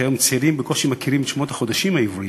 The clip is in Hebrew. יש היום צעירים שבקושי מכירים את שמות החודשים העבריים.